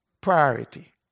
priority